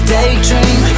Daydream